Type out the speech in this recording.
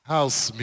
House